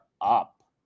up